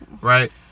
right